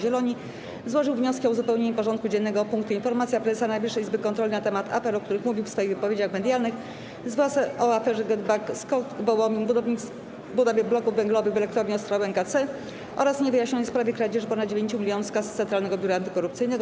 Zieloni złożył wnioski o uzupełnienie porządku dziennego o punkty: - Informacja Prezesa Najwyższej Izby Kontroli na temat afer, o których mówił w swoich wypowiedziach medialnych, zwłaszcza o aferze GetBack, SKOK Wołomin, budowie bloków węglowych w elektrowni Ostrołęka C oraz niewyjaśnionej sprawie kradzieży ponad 9 milionów z kasy Centralnego Biura Antykorupcyjnego,